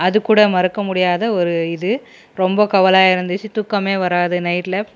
அது கூட மறக்க முடியாத ஒரு இது ரொம்ப கவலையாக இருந்துச்சு தூக்கமே வராது நைட்டில்